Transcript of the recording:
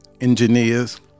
engineers